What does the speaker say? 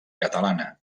catalana